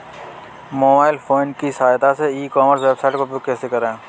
Mobile phone की सहायता से ई कॉमर्स वेबसाइट का उपयोग कैसे करें?